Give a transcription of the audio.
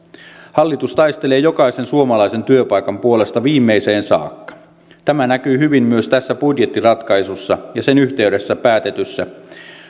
hallitus taistelee jokaisen suomalaisen työpaikan puolesta viimeiseen saakka tämä näkyy hyvin myös tässä budjettiratkaisussa ja sen yhteydessä päätetyssä